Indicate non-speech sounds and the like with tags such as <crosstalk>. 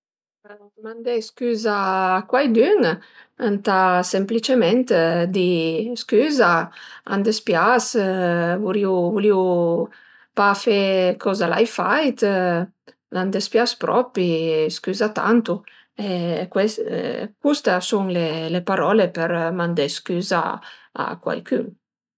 Për mandé scüza a cueidün ëntà semplicement di scüza, a më dëspias <hesitation> vurìu vulìu pa fe coza l'ai fait, a më dëspias propri, scüza tantu e ques custe a sun le parole për mandé scüza a cuaicün